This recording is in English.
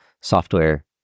software